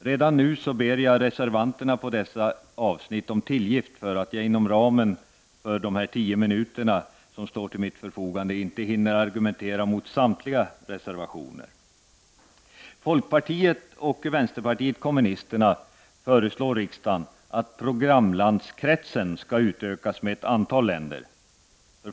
Redan nu ber jag reservanterna i dessa avsnitt om tillgift för att jag inom ramen för de tio mi nuter som står till mitt förfogande inte hinner argumentera mot samtliga reservationer. Folkpartiet och vänsterpartiet kommunisterna föreslår riksdagen att programlandskretsen skall utökas med ett antal länder.